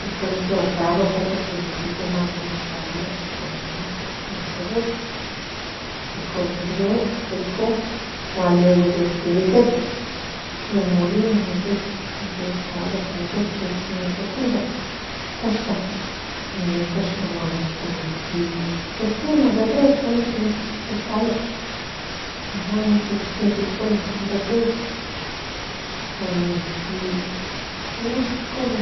Icon ichigua o ca rojo tlaalilia in jitomate ajo guan cenguan nincon ne shetesi nia in molino ichugua in tortillas non she tlachtlat nin refresco tlalia in refresco o non ycon